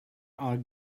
are